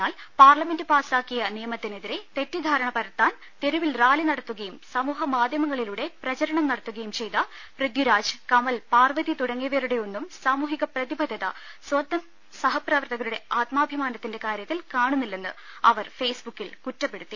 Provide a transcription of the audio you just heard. എന്നാൽ പാർലമെന്റ് പാസ്സാക്കിയ നിയമത്തിനെതിരെ തെറ്റിദ്ധാരണ പരത്താൻ തെരുവിൽ റാലി നട ത്തുകയും സമൂഹ് മാധ്യമങ്ങളിലൂടെ പ്രചരണം നടത്തുകയും ചെയ്ത പൃഥിരാജ് കമൽ പാർവ്വതി തുടങ്ങിയവരുടെയൊന്നും സാമൂഹിക പ്രതിബദ്ധത സ്വന്തം സഹപ്രവർത്തകരുടെ ആത്മാഭി മാനത്തിന്റെ കാര്യത്തിൽ കാണുന്നില്ലെന്ന് അവർ ഫെയ്സ്ബുക്കിൽ കുറ്റപ്പെടുത്തി